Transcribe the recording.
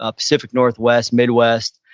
ah pacific northwest, midwest,